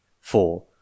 four